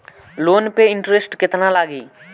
Loan पे interest केतना लागी?